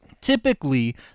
Typically